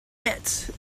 yet